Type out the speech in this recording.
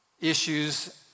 issues